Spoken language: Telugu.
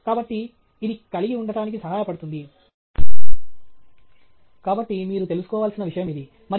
కాబట్టి ఇది కలిగి ఉండటానికి సహాయపడుతుంది కాబట్టి మీరు తెలుసుకోవలసిన విషయం ఇది